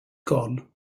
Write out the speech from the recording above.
gone